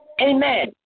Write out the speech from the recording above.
Amen